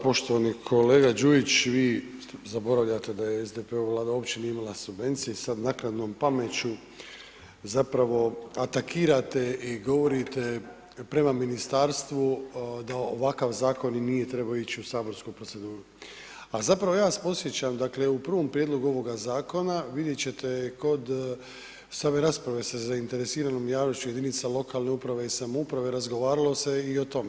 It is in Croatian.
Poštovani kolega Đujić, vi zaboravljate da SDP-ova Vlada uopće nije imala subvencije i sad naknadnom pameću zapravo atakirate i govorite prema ministarstvu da ovakav zakon i nije trebao ići u saborsku proceduru, a zapravo ja vas podsjećam dakle u prvom prijedlogu ovoga zakona vidjet ćete kod same rasprave sa zainteresiranom javnošću jedinica lokalne uprave i samouprave razgovaralo se i o tome.